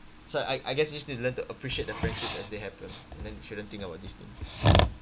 so I I guess we just need to learn to appreciate the friendship as they happen and then shouldn't think about these things